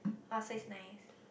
oh so it's nice